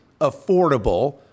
affordable